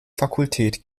fakultät